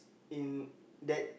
in that